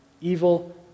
evil